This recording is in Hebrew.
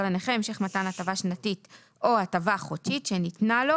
לנכה המשך מתן הטבה שנתית או חודשית שניתנה לו